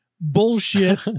bullshit